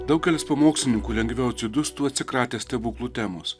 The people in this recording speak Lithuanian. daugelis pamokslininkų lengviau atsidustų atsikratęs stebuklų temos